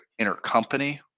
intercompany